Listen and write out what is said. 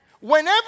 Whenever